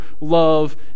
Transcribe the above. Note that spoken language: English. love